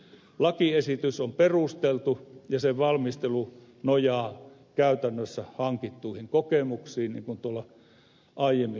lakiesitys on perusteltu ja sen valmistelu nojaa käytännössä hankittuihin kokemuksiin niin kuin aiemmin viittasin